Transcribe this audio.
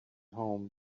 home